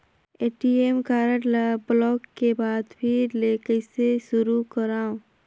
ATM card ल block के बाद फिर ले कइसे शुरू करव?